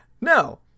No